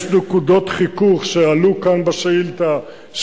יש נקודות חיכוך שעלו כאן בשאילתא,